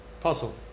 Puzzle